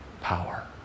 power